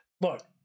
look